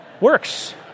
works